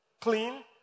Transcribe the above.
clean